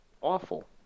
awful